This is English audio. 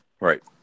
right